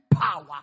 power